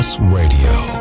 Radio